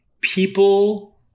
people